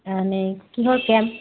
এনেই কিহৰ কেম্প